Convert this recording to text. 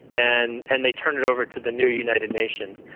and and they turned it over to the new united nations.